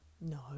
No